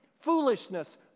foolishness